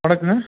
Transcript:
வணக்கங்க